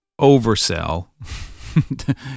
oversell